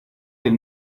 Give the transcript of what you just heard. del